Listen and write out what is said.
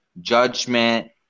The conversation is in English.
judgment